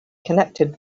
connected